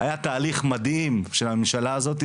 היה תהליך מדהים של הממשלה הזאת,